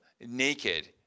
naked